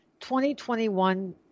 2021